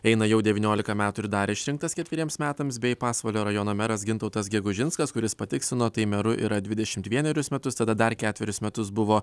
eina jau devyniolika metų ir dar išrinktas ketveriems metams bei pasvalio rajono meras gintautas gegužinskas kuris patikslino tai meru yra dvidešimt vienerius metus tada dar ketverius metus buvo